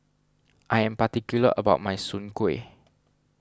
I am particular about my Soon Kway